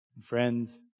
friends